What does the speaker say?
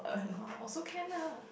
orh also can lah